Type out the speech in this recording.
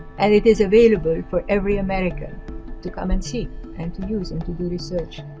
and it is available for every american to come and see and to use and to do research.